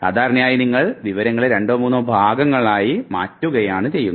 സാധാരണയായി നമ്മൾ വിവരങ്ങളെ രണ്ടോ മൂന്നോ ഭാഗങ്ങളാക്കി മാറ്റുകയാണ് ചെയ്യുന്നത്